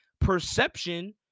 Perception